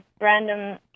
random